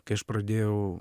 kai aš pradėjau